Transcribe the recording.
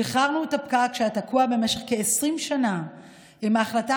שחררנו את הפקק שהיה תקוע במשך כ-20 שנה עם ההחלטה